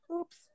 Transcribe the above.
oops